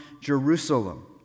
Jerusalem